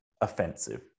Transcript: offensive